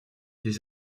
des